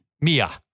Mia